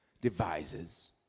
devises